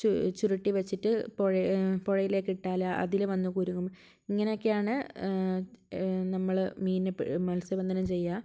ചു ചുരുട്ടി വെച്ചിട്ട് പുഴ പുഴയിലേക്കിട്ടാൽ അതിൽ വന്ന് കുരുങ്ങും ഇങ്ങനൊക്കെയാണ് നമ്മൾ മീനെ പി മത്സ്യബന്ധനം ചെയ്യുക